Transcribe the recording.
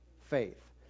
faith